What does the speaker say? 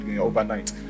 overnight